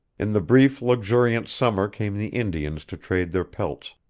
in the brief luxuriant summer came the indians to trade their pelts,